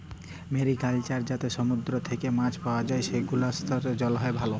mariculture যাতে সমুদ্র থেক্যে মাছ পাওয়া যায়, সেগুলাসাস্থের জন্হে ভালো